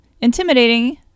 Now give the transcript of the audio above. intimidating